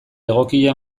egokia